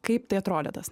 kaip tai atrodė tas